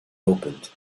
opened